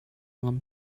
ngam